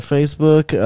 Facebook